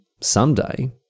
someday